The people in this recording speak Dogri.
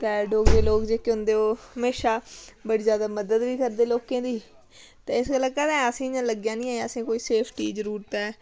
ते डोगरे लोक जेह्के होंदे ओह् म्हेशां बड़ी ज्यादा मदद बी करदे लोकें दी ते इस गल्लै कदें असें लग्गेआ नी ऐ कि असें कोई सेफ्टी दी जरूरत ऐ